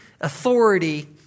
authority